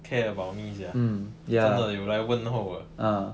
care about me sia 真的有来问候的